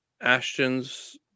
Ashton's